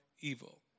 evil